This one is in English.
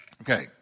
Okay